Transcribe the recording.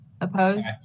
Opposed